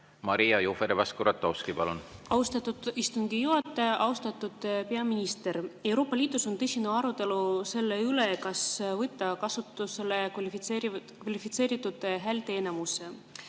Maria Jufereva-Skuratovski, palun! Austatud istungi juhataja! Austatud peaminister! Euroopa Liidus on tõsine arutelu selle üle, kas võtta kasutusele kvalifitseeritud häälteenamus.